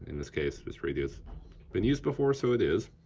and this case, this radio's been used before, so it is.